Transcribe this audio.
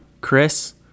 Chris